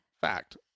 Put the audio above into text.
fact